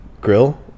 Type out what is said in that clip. grill